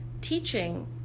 teaching